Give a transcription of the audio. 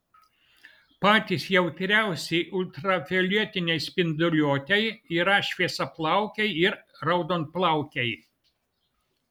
patys jautriausi ultravioletinei spinduliuotei yra šviesiaplaukiai ir raudonplaukiai